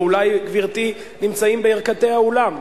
או, אולי, גברתי, נמצאים בירכתי האולם?